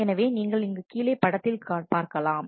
எனவே நீங்கள் இங்கு கீழே படத்தில் பார்க்கலாம்